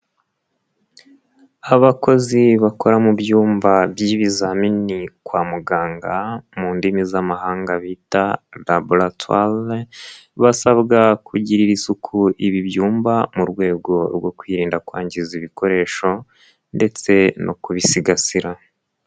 Abakozi bakora mu byumba by'ibizamini kwa muganga mu ndimi z'amahanga bita laboratware, basabwa kugirira isuku ibi byumba mu rwego rwo kwirinda kwangiza ibikoresho ndetse no kubisigasira.